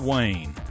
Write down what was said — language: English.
Wayne